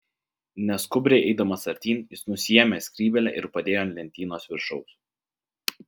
neskubriai eidamas artyn jis nusiėmė skrybėlę ir padėjo ant lentynos viršaus